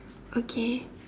okay